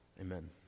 amen